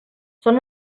són